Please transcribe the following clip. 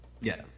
Yes